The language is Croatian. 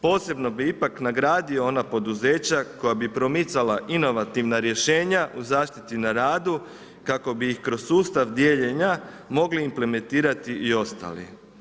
Posebno bi ipak nagradio ona poduzeća koja bi promicala inovativna rješenja u zaštiti na radu kako bi ih kroz sustav dijeljenja mogli implementirati i ostali.